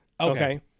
Okay